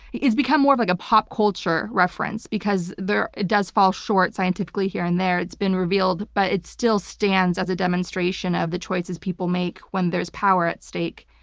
it's become more of like a pop culture reference because it does fall short scientifically here and there, it's been revealed, but it still stands as a demonstration of the choices people make when there's power at stake.